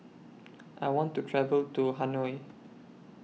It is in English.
I want to travel to Hanoi